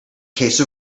case